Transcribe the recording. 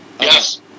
Yes